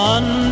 One